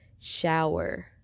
shower